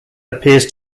appears